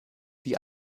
die